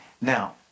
Now